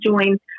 join